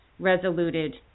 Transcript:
resoluted